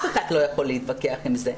אף אחד לא יכול להתווכח עם זה.